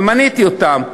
ומניתי אותם,